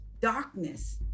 darkness